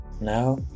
Now